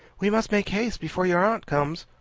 we must make haste before your aunt comes,